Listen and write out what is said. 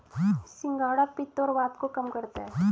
सिंघाड़ा पित्त और वात को कम करता है